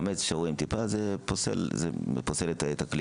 חמץ שרואים טיפה זה פוסל את הכלי.